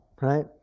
right